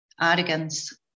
arrogance